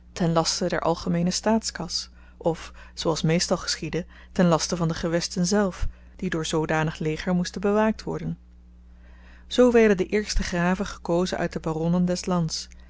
ten laste der algemeene staatskas of zooals meestal geschiedde ten laste van de gewesten zelf die door zoodanig leger moesten bewaakt worden zoo werden de eerste graven gekozen uit de baronnen des lands